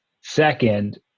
Second